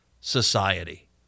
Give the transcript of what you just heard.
society